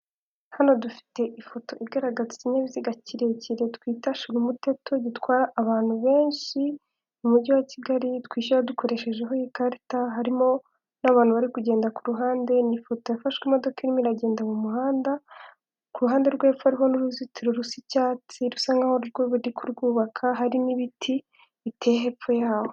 Hano dufite ifoto igaragaza ikinyabiziga kirekire twita shira umuteto, gitwara abantu benshi mu mujyi wa Kigali twishyura dukoreshejeho ikarita harimo n'abantu bari kugenda ku ruhande, ni ifoto yafashwe imodoka irimo iragenda mu muhanda, ku ruhande rwo hepfo hariho n'uruzitiro rusa icyatsi rusa nk'aho ari bwo bari kurwubaka harimo n'ibiti biteye hepfo yabwo.